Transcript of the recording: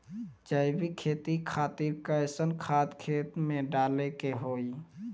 जैविक खेती खातिर कैसन खाद खेत मे डाले के होई?